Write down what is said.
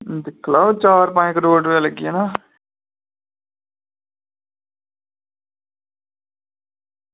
दिक्खी लैओ चार पंज करोड़ रपेआ लग्गी जाना